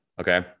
Okay